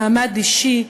מעמד אישי,